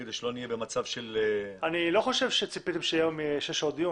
אני לא חושב שציפיתם שהיום יהיה דיון של שש שעות.